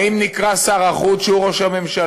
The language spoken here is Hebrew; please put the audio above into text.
האם נקראו שר החוץ, שהוא ראש הממשלה,